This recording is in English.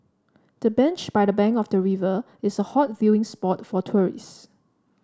the bench by the bank of the river is a hot viewing spot for tourists